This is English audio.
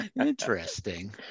interesting